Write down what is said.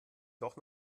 doch